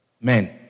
men